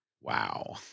wow